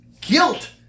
guilt